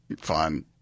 Fun